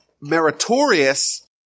meritorious